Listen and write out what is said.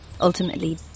ultimately